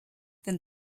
then